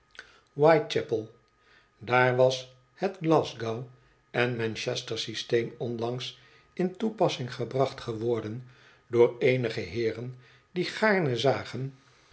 white chapel daar was het glasgow en manchester systeem onlangs in toepassing gebracht geworden door eenige heeren die gaarne zagen